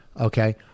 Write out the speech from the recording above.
okay